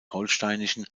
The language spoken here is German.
holsteinischen